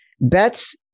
Bets